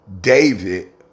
David